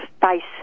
face